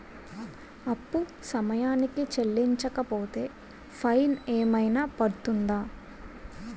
అప్పు సమయానికి చెల్లించకపోతే ఫైన్ ఏమైనా పడ్తుంద?